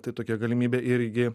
tai tokia galimybė irgi